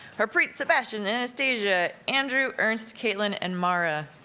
harpreet, sebastian, anastasia, andrew, ernst, kaitlin, and mara,